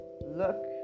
look